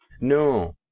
No